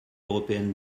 européenne